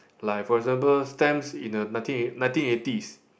like for example stamps in eh nineteen nineteen eighties